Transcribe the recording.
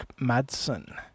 Madsen